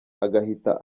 agahita